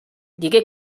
digué